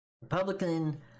Republican